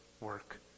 Work